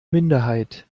minderheit